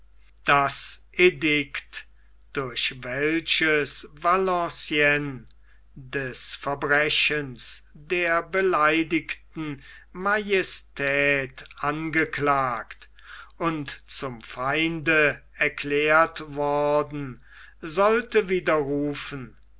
das edikt durch welches valenciennes des verbrechens der beleidigten majestät angeklagt und zum feinde erklärt worden sollte widerrufen